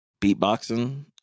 beatboxing